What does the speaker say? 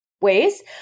ways